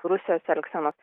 rusijos elgsenos